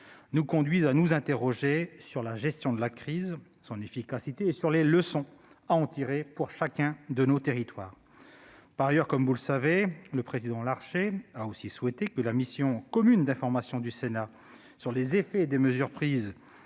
nous conduisent à nous interroger sur la gestion de la crise, sur son efficacité et sur les leçons à en tirer pour chacun de nos territoires. Par ailleurs, comme vous le savez, le président Gérard Larcher a aussi souhaité que la mission commune d'information du Sénat sur les effets des mesures prises